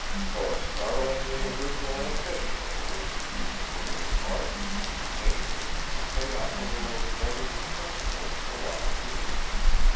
for a startlingly original ambition had awakened recently in his heart namely, to pay off a little of the mortgage's principal along with the interest.